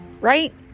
Right